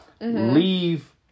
leave